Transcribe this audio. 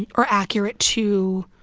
or accurate to